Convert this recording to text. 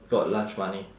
got lunch money